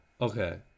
Okay